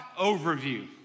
Overview